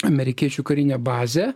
amerikiečių karinę bazę